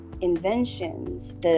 inventions